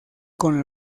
con